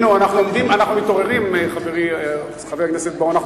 אנחנו מתעוררים, חברי חבר הכנסת בר-און.